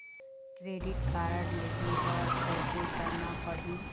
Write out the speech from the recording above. Credit card लेहे बर कैसे करना पड़ही?